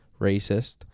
racist